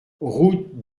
route